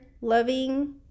loving